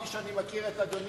כפי שאני מכיר את אדוני,